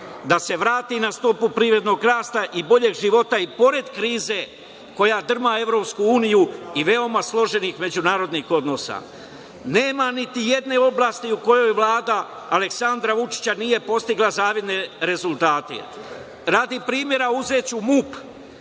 da se vrati na stopu privrednog rasta i boljeg života, i pored krize koja drma Evropsku uniju i veoma složenih međunarodnih odnosa. Nema niti jedne oblasti u kojoj Vlada Aleksandra Vučića nije postigla zavidne rezultate. Radi primera uzeću MUP.